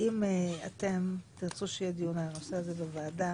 אם אתם תרצו שיהיה דיון על הנושא הזה בוועדה,